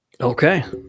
Okay